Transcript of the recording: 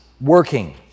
working